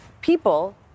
People